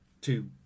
Two